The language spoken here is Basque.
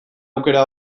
aukera